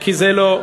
כי זה לא,